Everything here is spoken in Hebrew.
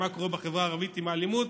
מה קורה בחברה הערבית עם האלימות?